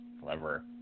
Clever